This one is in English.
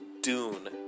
Dune